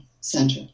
center